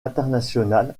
international